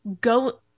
go